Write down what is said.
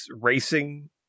racing